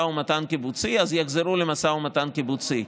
ומתן קיבוצי אז יחזרו למשא ומתן קיבוצי.